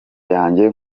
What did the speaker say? yanjye